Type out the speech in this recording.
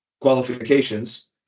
qualifications